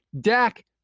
Dak